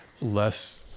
less